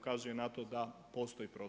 ukazuje na to da postoji prostor.